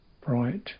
bright